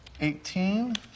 eighteen